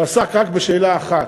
הוא עסק רק בשאלה אחת: